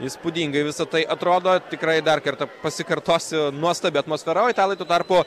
įspūdingai visa tai atrodo tikrai dar kartą pasikartosiu nuostabi atmosfera o italai tuo tarpu